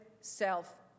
self